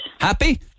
Happy